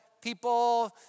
people